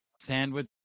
Sandwich